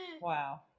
Wow